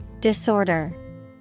Disorder